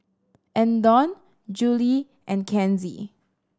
Andon Juli and Kenzie